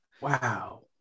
Wow